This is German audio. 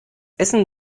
essen